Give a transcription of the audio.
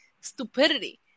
stupidity